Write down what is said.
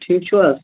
ٹھیٖک چھُوا